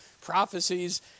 prophecies